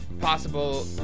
possible